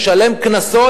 משלם קנסות,